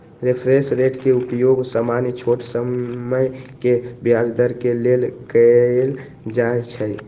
reference rate के उपयोग सामान्य छोट समय के ब्याज दर के लेल कएल जाइ छइ